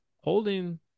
holding